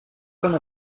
comme